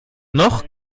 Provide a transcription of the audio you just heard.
noch